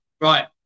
Right